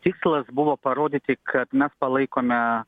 tikslas buvo parodyti kad mes palaikome